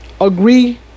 agree